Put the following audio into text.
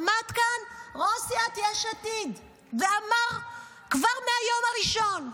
עמד כאן ראש סיעת יש עתיד ואמר כבר מהיום הראשון: